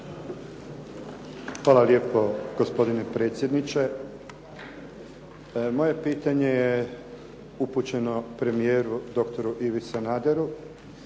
Hvala lijepo. Gospodine predsjedniče. Moje pitanje je upućeno premijeru doktoru Ivi Sanaderu.